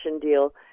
deal